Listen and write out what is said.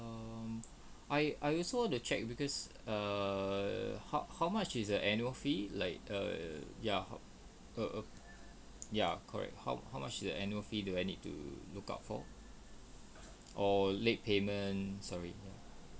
um I I also want to check because err how how much is the annual fee like a ya err err ya correct how how much the annual fee do I need to look out for or late payment sorry